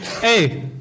Hey